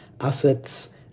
assets